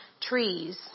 trees